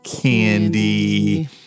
candy